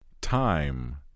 Time